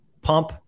pump